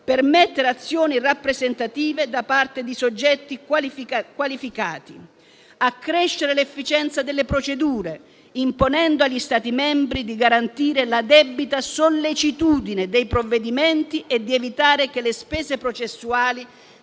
permettere azioni rappresentative da parte di soggetti qualificati; accrescere l'efficienza delle procedure, imponendo agli Stati membri di garantire la "debita sollecitudine" dei procedimenti e di evitare che le spese processuali